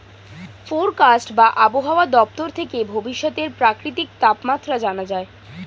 forecast বা আবহাওয়া দপ্তর থেকে ভবিষ্যতের প্রাকৃতিক তাপমাত্রা জানা যায়